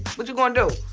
what you gonna do?